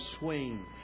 swing